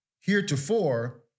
Heretofore